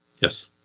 Yes